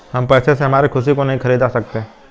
हम पैसे से हमारी खुशी को नहीं खरीदा सकते है